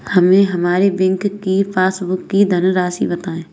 हमें हमारे बैंक की पासबुक की धन राशि बताइए